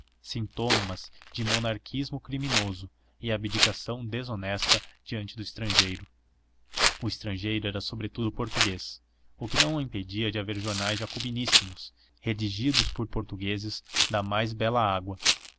sintomas de monarquismo criminoso e abdicação desonesta diante do estrangeiro o estrangeiro era sobretudo o português o que não impedia de haver jornais jacobiníssimos redigidos por portugueses da mais bela água